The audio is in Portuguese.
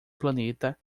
planeta